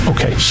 Okay